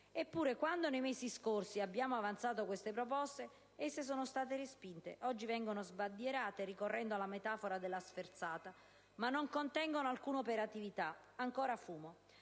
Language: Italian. Eppure, quando nei mesi scorsi abbiamo avanzato queste proposte, esse sono state respinte; oggi vengono sbandierate, ricorrendo alla metafora della sferzata, mentre non contengono alcuna operatività, ancora fumo.